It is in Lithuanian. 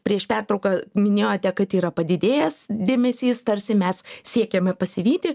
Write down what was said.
prieš pertrauką minėjote kad yra padidėjęs dėmesys tarsi mes siekiame pasivyti